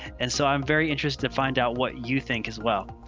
and so i'm very interested to find out what you think as well.